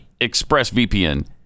ExpressVPN